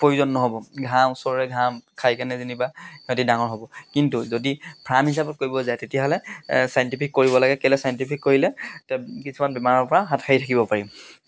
প্ৰয়োজন নহ'ব ঘাঁহ ওচৰৰে ঘাঁহ খাইকেনে যেনিবা সিহঁতে ডাঙৰ হ'ব কিন্তু যদি ফাৰ্ম হিচাপত কৰিব যায় তেতিয়াহ'লে ছাইণ্টিফিক কৰিব লাগে কেলৈ চাইণ্টিফিক কৰিলে কিছুমান বেমাৰৰ পৰা হাত সাৰি থাকিব পাৰিম